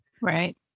Right